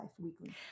weekly